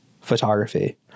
photography